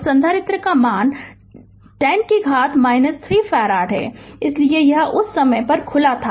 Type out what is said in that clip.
और संधारित्र का मान 10 से घात - 3 फैराड है इसलिए उस समय यह खुला था